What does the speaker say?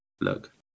look